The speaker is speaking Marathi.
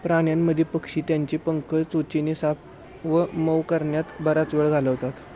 प्राण्यांमध्ये पक्षी त्यांचे पंख चोचीने साफ व मऊ करण्यात बराच वेळ घालवतात